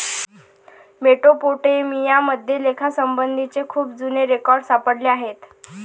Mesopotamia मध्ये लेखासंबंधीचे खूप जुने रेकॉर्ड सापडले आहेत